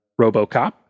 Robocop